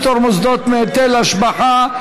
פטור מוסדות מהיטל השבחה),